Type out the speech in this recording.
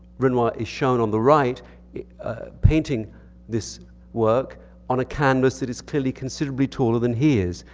renoir is shown on the right painting this work on a canvas that is clearly considerably taller than he is.